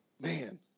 man